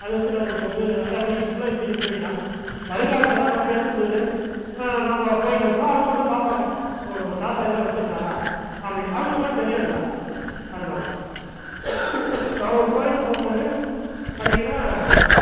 அது வந்து நம்மளுக்கு வந்து அது அப்படி இருப்பில் இப்படி இருக்கவேண்டியது தான் வருங்காலத்தில் நாம பேத்து பேதரு நாம் போய்ட்டாக்கூட அவங்க வந்து பார்ப்பாங்க ஓ நம்ம தாத்தா இதெல்லாம் வச்சுருந்தாரா அப்படின்னு அவங்களுக்கெல்லாம் தெரியாதுல்ல அதனால நான் ஒரு கோவிலுக்கு போகும் போது பார்த்திங்கனா